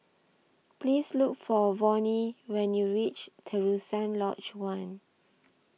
Please Look For Vonnie when YOU REACH Terusan Lodge one